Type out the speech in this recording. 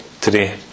today